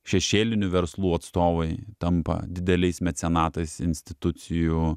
šešėlinių verslų atstovai tampa dideliais mecenatais institucijų